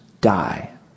die